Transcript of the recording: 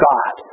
God